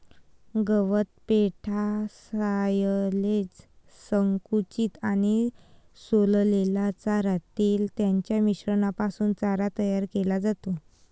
गवत, पेंढा, सायलेज, संकुचित आणि सोललेला चारा, तेल यांच्या मिश्रणापासून चारा तयार केला जातो